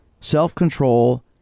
Self-control